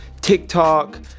TikTok